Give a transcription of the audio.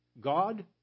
God